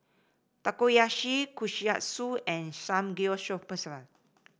Takoyaki Kushikatsu and Samgeyopsal